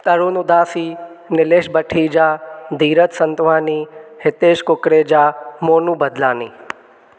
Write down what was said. Tarun Udasi Nilesh Bhatija Dheeraj Santwani Hitesh Kukreja Monu Badlani